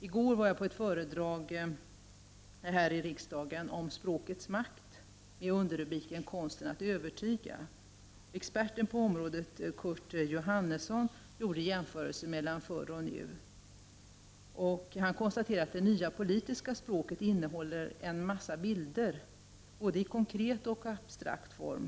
I går var jag på ett föredrag här i riksdagen om språkets makt, med underrubriken Konsten att övertyga. Experten på området, Kurt Johannesson, gjorde jämförelser mellan förr och nu. Han konstaterade att det nya politiska språket innehåller en massa bilder, både i konkret och abstrakt form.